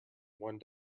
one